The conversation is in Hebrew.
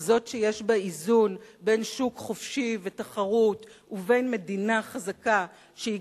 כזאת שיש בה איזון בין שוק חופשי ותחרות ובין מדינה חזקה שגם